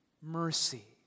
Mercy